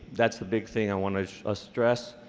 that's the big thing i want to ah stress,